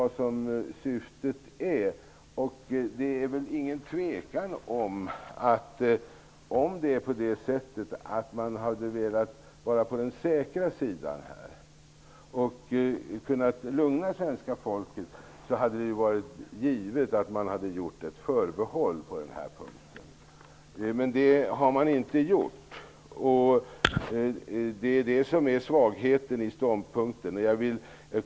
Det är väl ingen tvekan om att ifall man hade velat vara på den säkra sidan och kunnat lugna svenska folket, är det givet att man skulle ha gjort ett förbehåll på den här punkten. Men det har man inte gjort, och det är svagheten i ståndpunkten.